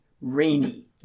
rainy